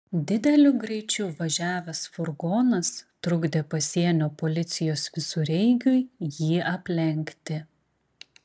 dideliu greičiu važiavęs furgonas trukdė pasienio policijos visureigiui jį aplenkti